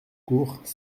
cours